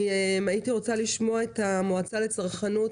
אני רוצה לשמוע את המועצה לצרכנות.